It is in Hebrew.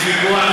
לא, עיסאווי